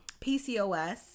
PCOS